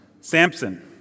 Samson